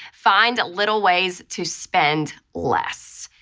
find a little ways to spend less.